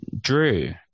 Drew